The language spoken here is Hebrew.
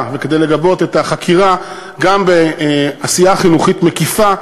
וכדי לגבות את החקירה גם בעשייה חינוכית מקיפה,